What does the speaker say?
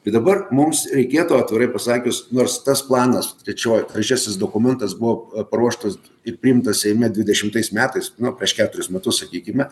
bet dabar mums reikėtų atvirai pasakius nors tas planas trečioji trečiasis dokumentas buvo paruoštas ir priimtas seime dvidešimtais metais nu prieš keturis metus sakykime